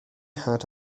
had